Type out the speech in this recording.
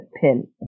pin